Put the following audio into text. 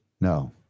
No